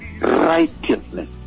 righteousness